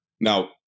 Now